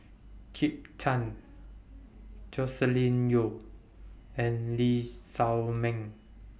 Kit Chan Joscelin Yeo and Lee Shao Meng